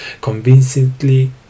convincingly